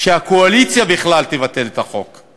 שהקואליציה בכלל תבטל את החוק.